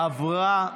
(תיקון מס' 229, הוראת שעה)